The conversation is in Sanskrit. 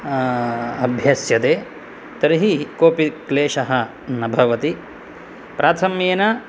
अभ्यस्यते तर्हि कोपि क्लेशः न भवति प्राथम्येन